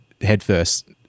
Headfirst